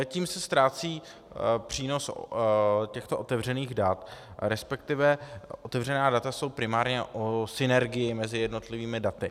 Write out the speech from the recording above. Tím se ztrácí přínos těchto otevřených dat, resp. otevřená data jsou primárně o synergii mezi jednotlivými daty.